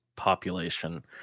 population